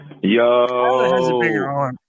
Yo